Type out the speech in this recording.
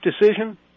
decision